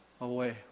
away